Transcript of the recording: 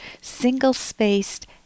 single-spaced